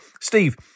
Steve